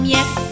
Yes